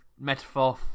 metaphor